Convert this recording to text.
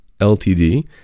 LTD